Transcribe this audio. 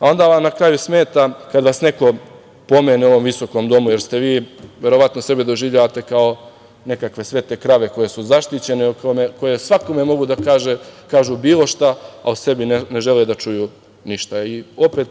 Onda vam na kraju smeta kad vas neko pomene u ovom visokom Domu, jer vi verovatno sebe doživljavate kao nekakve svete krave koje su zaštićene i koje svakome mogu da kažu bilo šta, a o sebi ne žele da čuju ništa.